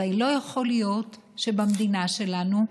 הרי לא יכול להיות שבמדינה שלנו מתאבדים,